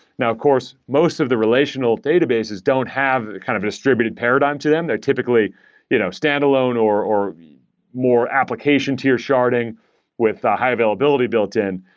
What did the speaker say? now, of course, most of the relational databases don't have a kind of distributed paradigm to them. they're typically you know stand alone or or more application to your sharding with a high-availability built in.